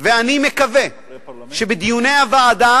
אני מקווה שבדיוני הוועדה